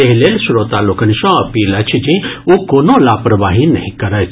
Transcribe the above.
एहि लेल श्रोता लोकनि सँ अपील अछि जे ओ कोनो लापरवाही नहि करथि